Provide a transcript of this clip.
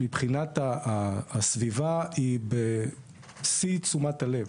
מבחינת הסביבה היא בשיא תשומת הלב.